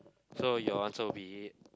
so your answer will be